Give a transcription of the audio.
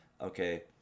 okay